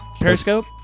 Periscope